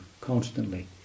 constantly